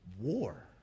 war